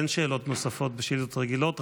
אין שאלות נוספות בשאילתות רגילות,